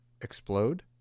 explode